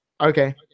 Okay